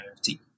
NFT